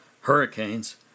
hurricanes